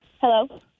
Hello